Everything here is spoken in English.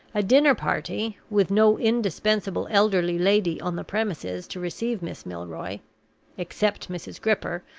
a dinner-party, with no indispensable elderly lady on the premises to receive miss milroy except mrs. gripper,